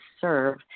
serve